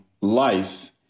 life